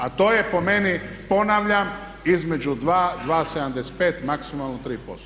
A to je po meni ponavljam između 2, 2.75. maksimalno 3%